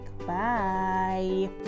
bye